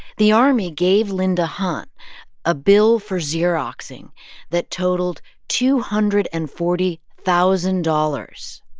the army gave linda hunt a bill for xeroxing that totaled two hundred and forty thousand dollars.